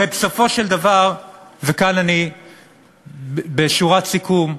הרי בסופו של דבר, וכאן אני בשורת סיכום,